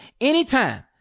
anytime